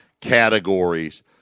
categories